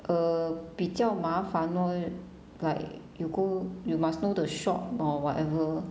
err 比较麻烦 lor like you go you must know the shop or whatever